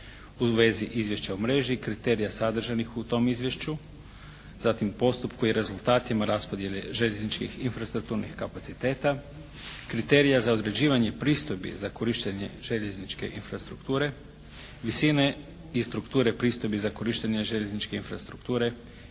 u vezi izvješća o mreži, kriterija sadržanih u tom izvješću, zatim postupku i rezultatima raspodjele željezničkih infrastrukturnih kapaciteta, kriterija za određivanje pristojbi za korištenje željezničke infrastrukture, visine i strukture pristojbi za korištenje željezničke infrastrukture